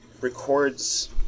records